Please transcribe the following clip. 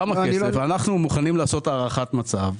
אנחנו מוכנים לעשות הערכת מצב.